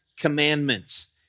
Commandments